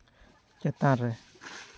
ᱪᱮᱛᱟᱱ ᱨᱮ